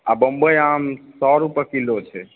आ बम्बइ आम सए रुपैए किलो छै